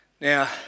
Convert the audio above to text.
Now